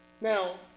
Now